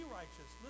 righteous